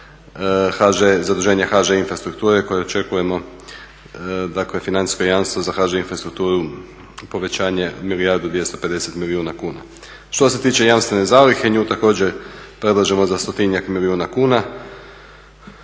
HŽ, zaduženja HŽ Infrastrukture koje očekujemo, dakle financijsko jamstvo za HŽ Infrastrukturu povećanje milijardu i 250 milijuna kuna. Što se tiče jamstvene zalihe nju također predlažemo za stotinjak milijuna kuna